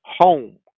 home